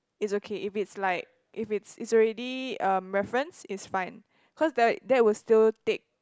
it's okay if it's like if it's it's already erm reference it's fine cause that that will still take